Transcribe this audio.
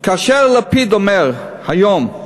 כאשר לפיד אומר היום: